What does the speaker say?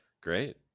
great